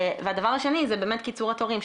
הדבר השני זה באמת קיצור התורים.